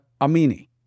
Amini